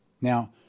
Now